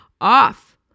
off